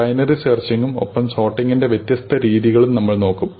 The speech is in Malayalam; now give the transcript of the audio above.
ബൈനറി സെർച്ചിങ്ങും ഒപ്പം സോർട്ടിങ്ങിന്റെ വ്യത്യസ്ത രീതികളും നമ്മൾ നോക്കും